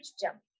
jump